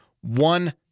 one